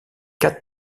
quatre